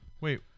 Wait